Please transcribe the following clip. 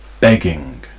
begging